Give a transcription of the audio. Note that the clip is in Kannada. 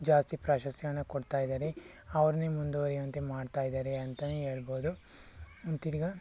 ಜಾಸ್ತಿ ಪ್ರಾಶಸ್ತ್ಯವನ್ನು ಕೊಡ್ತಾ ಇದಾರೆ ಅವ್ರನ್ನೇ ಮುಂದುವರಿಯುವಂತೆ ಮಾಡ್ತಾ ಇದ್ದಾರೆ ಅಂತಾನೆ ಹೇಳ್ಬೋದು ತಿರ್ಗ